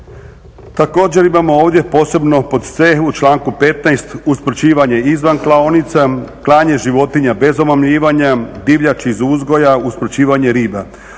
Također imamo ovdje posebno pod c) u članku 15. usmrćivanje izvan klaonica, klanje životinja bez omamljivanja, divljač iz uzgoja, usmrćivanje riba.